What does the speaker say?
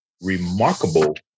Remarkable